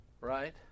right